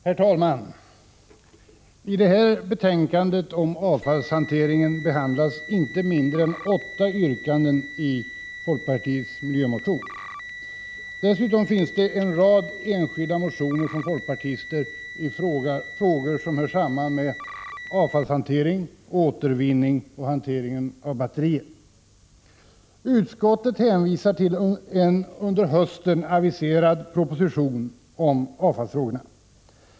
Herr talman! I det här betänkandet om avfallshanteringen behandlas inte mindre än åtta yrkanden i folkpartiets miljömotion. Dessutom finns en rad enskilda motioner från folkpartister i frågor som hör samman med avfallshantering, återvinning och hanteringen av batterier. Utskottet hänvisar till en under hösten aviserad proposition om avfallsfrågorna.